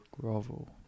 grovel